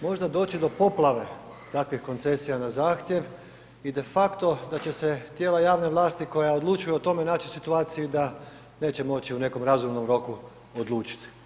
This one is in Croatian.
možda doći do poplave takvih koncesija na zahtjev i defakto da će se tijela javne vlasti koja odlučuje o tome naći u situaciji da neće moći u nekom razumnom roku odlučiti?